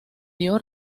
dio